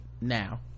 now